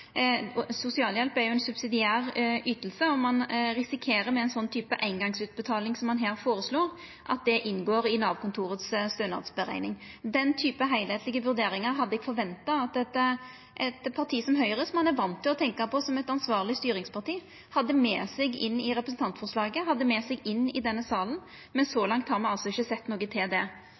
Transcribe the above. Sosialhjelp er ei subsidiær yting, og med ei slik eingongsutbetaling som ein her føreslår, risikerer ein at det inngår i stønadsberekninga frå Nav-kontoret. Den typen heilskaplege vurderingar hadde eg forventa at eit parti som Høgre, som ein er van til å tenkja på som eit ansvarleg styringsparti, hadde med seg inn i representantforslaget og i denne salen, men så langt har me altså ikkje sett noko til det. Denne regjeringa er oppteken av å hjelpa folk som opplever ein vanskeleg situasjon, anten det